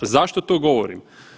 Zašto to govorim?